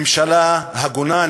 ממשלה הגונה,